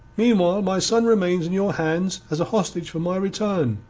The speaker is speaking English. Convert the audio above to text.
meanwhile my son remains in your hands as a hostage for my return.